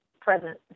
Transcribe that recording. present